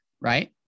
right